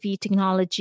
technology